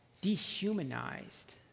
dehumanized